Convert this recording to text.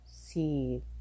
see